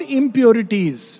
impurities